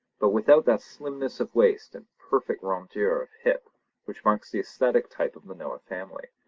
but without that slimness of waist and perfect rondeur of hip which marks the aesthetic type of the noah family.